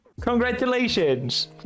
Congratulations